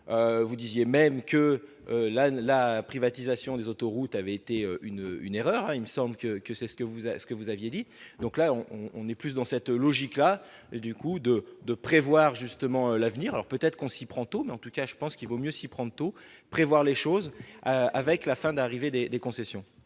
vous disiez même que la la privatisation des autoroutes avait été une une erreur, il me semble que que c'est ce que vous avez ce que vous aviez dit, donc là on on est plus dans cette logique-là, et du coup de de prévoir justement l'avenir, alors peut-être qu'on s'y prend tôt mais en tout cas je pense qu'il vaut mieux s'y prendre tôt prévoir les choses avec la fin d'arriver des des concessions.